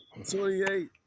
28